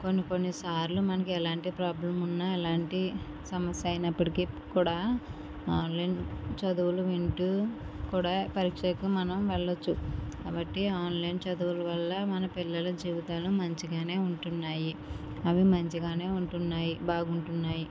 కొన్ని కొన్ని సార్లు మనకి ఎలాంటి ప్రాబ్లెమ్ ఉన్న ఎలాంటి సమస్య అయినప్పటికీ కూడా ఆన్లైన్ చదువులు వింటూ కూడా పరీక్షకు మనం వెళ్ళవచ్చు కాబట్టి ఆన్లైన్ చదువుల వల్ల మన పిల్లల జీవితాలు మంచిగానే ఉంటున్నాయి అవి మంచిగానే ఉంటున్నాయి బాగుంటున్నాయి